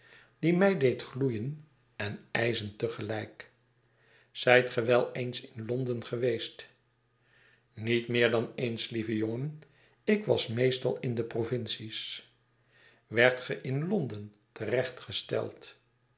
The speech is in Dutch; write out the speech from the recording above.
die mij deed gloeien en ijzen te gelijk zijt ge wel eens in londen geweest v niet meer dan eens lieve jongen ik was meestal in de provincies werdt ge in londen